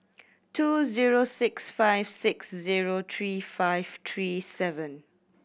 two zero six five six zero three five three seven